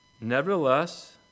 Nevertheless